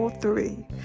three